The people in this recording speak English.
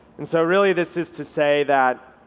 and so really this is to say that,